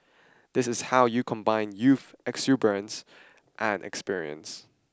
this is how you combine youth exuberance and experience